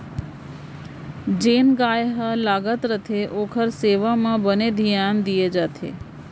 जेन गाय हर लागत रथे ओकर सेवा म बने धियान दिये जाथे